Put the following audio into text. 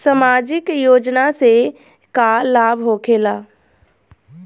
समाजिक योजना से का लाभ होखेला?